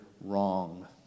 wrong